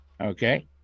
Okay